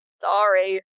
Sorry